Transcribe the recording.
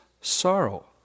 sorrow